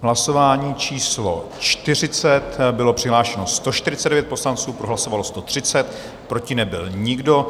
Hlasování číslo 40, bylo přihlášeno 149 poslanců, pro hlasovalo 130, proti nebyl nikdo.